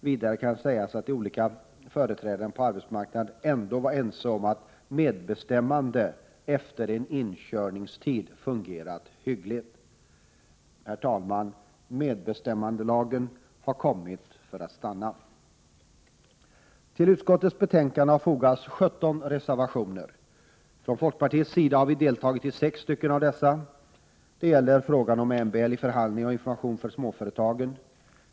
Vidare kan sägas att de olika företrädarna på arbetsmarknaden ändå var ense om att medbestämmandet efter en inkörningstid fungerat hyggligt. Herr talman! Medbestämmandelagen har kommit för att stanna. Till utskottets betänkande har fogats 17 reservationer, och folkpartiet har medverkat till sex av dem. Det gäller frågan om MBL i förhandlingar och information för småföretagen.